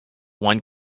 one